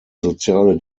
soziale